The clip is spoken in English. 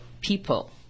people